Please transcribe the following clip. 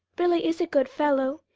billy is a good fellow.